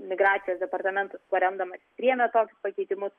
migracijos departamentas kuo remdamasis priėmė tokius pakeitimas